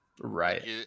Right